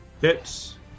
hits